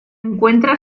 encuentra